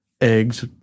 eggs